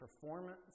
performance